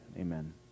amen